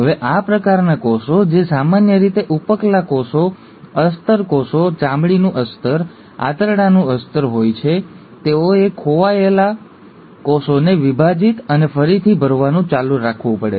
હવે આ પ્રકારના કોષો જે સામાન્ય રીતે ઉપકલા કોષો અસ્તર કોષો ચામડીનું અસ્તર આંતરડાનું અસ્તર હોય છે તેઓએ ખોવાયેલા કોષોને વિભાજિત અને ફરીથી ભરવાનું ચાલુ રાખવું પડે છે